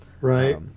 Right